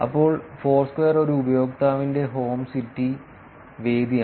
അപ്പോൾ ഫോഴ്സ്ക്വയർ ഒരു ഉപയോക്താവിന്റെ ഹോം സിറ്റി വേദിയാണ്